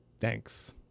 Thanks